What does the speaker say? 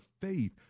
faith